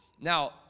Now